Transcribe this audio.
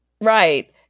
Right